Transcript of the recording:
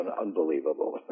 unbelievable